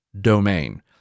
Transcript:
domain